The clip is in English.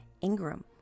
Ingram